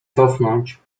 cofnąć